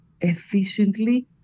efficiently